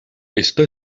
está